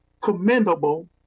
commendable